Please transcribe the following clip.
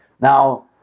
Now